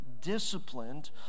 disciplined